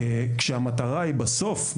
כשהמטרה היא בסוף,